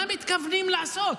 מה מתכוונים לעשות?